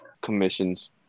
commissions